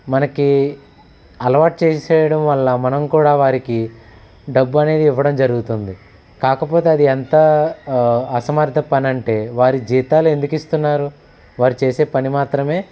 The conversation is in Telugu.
మనకి అలవాటు చేసేయడం వల్ల మనం కూడా వారికి డబ్బు అనేది ఇవ్వడం జరుగుతుంది కాకపోతే అది ఎంత అసమర్ధ పని అంటే వారి జీతాలు ఎందుకు ఇస్తున్నారు వారు చేసే పని మాత్రమే